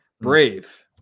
Brave